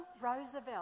Roosevelt